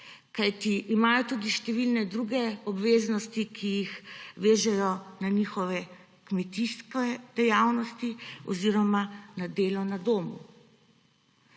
kajti imajo tudi številne druge obveznosti, ki jih vežejo na njihove kmetijske dejavnosti oziroma na delo na domu.